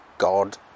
God